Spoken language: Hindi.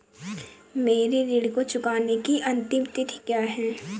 मेरे ऋण को चुकाने की अंतिम तिथि क्या है?